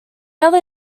other